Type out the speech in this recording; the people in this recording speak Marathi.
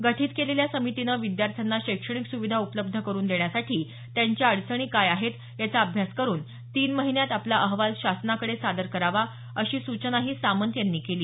गठीत केलेल्या समितीनं विद्यार्थ्यांना शैक्षणिक सुविधा उपलब्ध करून देण्यासाठी त्यांच्या अडचणी काय आहेत याचा अभ्यास करून तीन महिन्यांत आपला अहवाल शासनाकडे सादर करावा अशा सूचनाही सामंत यांनी केली